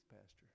pastor